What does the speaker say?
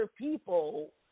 people